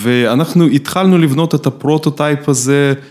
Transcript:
‫ואנחנו התחלנו לבנות ‫את הפרוטוטייפ הזה.